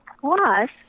plus